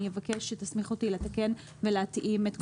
אני אבקש שתסמיך אותי לתקן ולהתאים את כותרת השוליים.